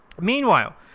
Meanwhile